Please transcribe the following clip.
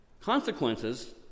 consequences